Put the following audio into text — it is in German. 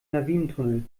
lawinentunnel